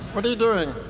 what are you doing,